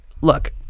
Look